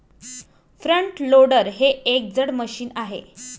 front loader हे एक जड मशीन आहे